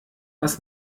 was